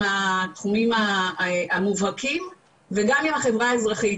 התחומים המובהקים וגם עם החברה האזרחית.